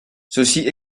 ceci